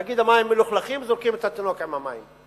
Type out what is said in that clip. להגיד: המים מלוכלכים, זורקים את התינוק עם המים.